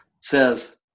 says